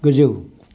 गोजौ